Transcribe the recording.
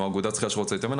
או אגודת שחייה שרוצה להתאמן,